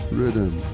rhythm